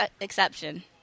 exception